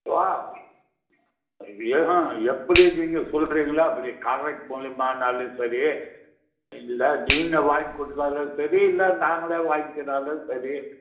வா ஆஹ எப்படி நீங்கள் சொல்லுறீங்களோ அப்படி காண்ட்ரக்ட் மூலியமானாலும் சரி இல்லை நீங்கள் வாங்கி கொடுத்தாலும் சரி இல்லை நாங்களே வாங்க்கின்னாலும் சரி